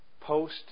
post